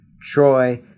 troy